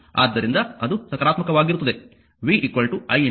ಆದ್ದರಿಂದ ಅದು ಸಕಾರಾತ್ಮಕವಾಗಿರುತ್ತದೆ v iR